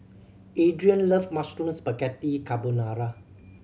Adriene love Mushroom Spaghetti Carbonara